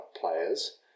players